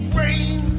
rain